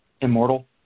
immortal